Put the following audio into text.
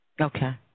Okay